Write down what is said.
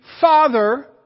Father